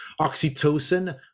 oxytocin